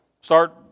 start